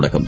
തുടക്കം